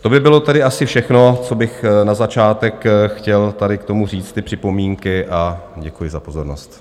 To by bylo tedy asi všechno, co bych na začátek chtěl tady k tomu říct, ty připomínky, a děkuji za pozornost.